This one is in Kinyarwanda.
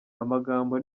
amagambo